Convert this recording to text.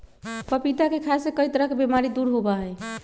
पपीता के खाय से कई तरह के बीमारी दूर होबा हई